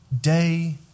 day